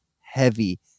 heavy